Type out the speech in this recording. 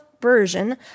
version